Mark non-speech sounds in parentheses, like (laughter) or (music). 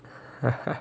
(laughs)